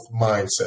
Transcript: mindset